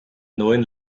neuen